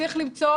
למצוא